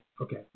Okay